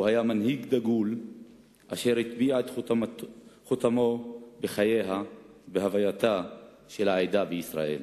הוא היה מנהיג דגול אשר הטביע את חותמו בחייה ובהווייתה של העדה בישראל.